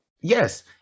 Yes